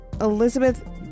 Elizabeth